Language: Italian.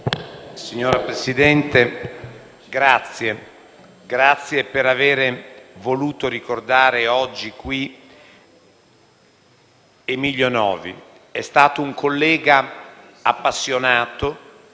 Signor Presidente, grazie per avere voluto ricordare oggi qui Emiddio Novi. Egli è stato un collega appassionato,